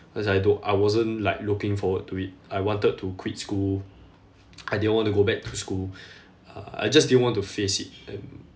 cause I don~ I wasn't like looking forward to it I wanted to quit school I didn't want to go back to school uh I just didn't want to face it um